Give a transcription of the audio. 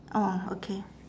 orh okay